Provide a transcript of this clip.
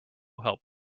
help